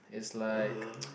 it's like